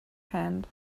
hand